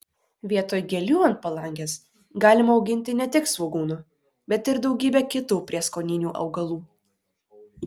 vietoj gėlių ant palangės galima auginti ne tik svogūnų bet ir daugybę kitų prieskoninių augalų